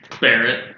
Barrett